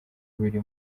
biri